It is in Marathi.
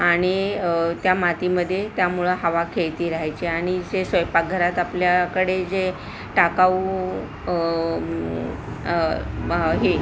आणि त्या मातीमध्ये त्यामुळं हवा खेळती राहायची आणि जे स्वयंपाकघरात आपल्याकडे जे टाकाऊ हे